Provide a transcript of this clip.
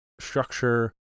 structure